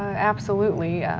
absolutely.